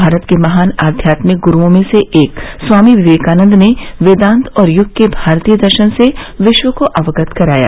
भारत के महान आध्यात्मिक गुरूओं में से एक स्वामी विवेकानन्द ने वेदांत और यूग के भारतीय दर्शन से विश्व को अबगत कराया